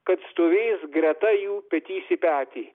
kad stovės greta jų petys į petį